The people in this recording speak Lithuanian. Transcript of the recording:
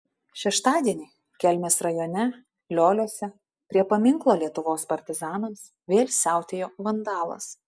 šeštadienį kelmės rajone lioliuose prie paminklo lietuvos partizanams vėl siautėjo vandalas